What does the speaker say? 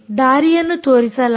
ದಾರಿಯನ್ನು ತೋರಿಸಲಾಗಿದೆ